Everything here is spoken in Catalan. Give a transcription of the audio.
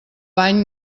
bany